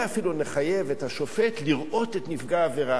אולי אפילו נחייב את השופט לראות את נפגע העבירה.